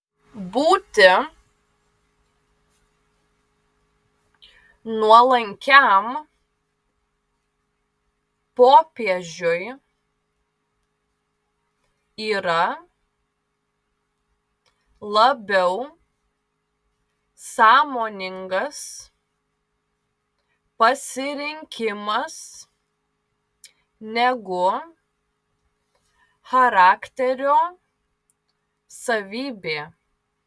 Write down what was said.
būti nuolankiam popiežiui yra labiau sąmoningas pasirinkimas negu charakterio savybė